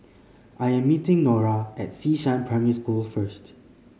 I am meeting Norah at Xishan Primary School first